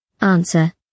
Answer